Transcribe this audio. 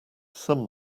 some